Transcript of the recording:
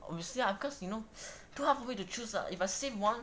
we see lah cause you know to hard to choose lah if I save one